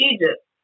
Egypt